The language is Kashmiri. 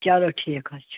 چلو ٹھیٖک حظ چھُ